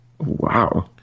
Wow